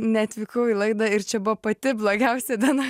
neatvykau į laidą ir čia buvo pati blogiausia diena